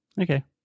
Okay